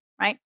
right